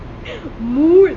mood